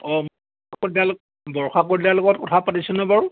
অ বৰ্ষা কলিতাৰ লগত কথা পাতিছোঁ নে বাৰু